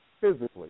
physically